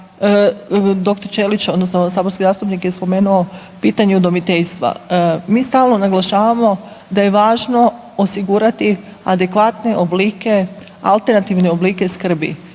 da, dr. Ćelić, odnosno saborski zastupnik je spomenuo pitanje udomiteljstva. Mi stalno naglašavamo da je važno osigurati adekvatne oblike alternativne oblike skrbi